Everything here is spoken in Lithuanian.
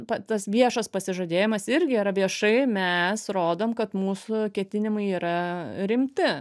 pa tas viešas pasižadėjimas irgi yra viešai mes rodom kad mūsų ketinimai yra rimti